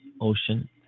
Ocean